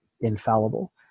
infallible